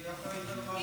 היא אחראית לוועדה,